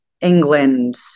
England